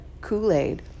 Kool-Aid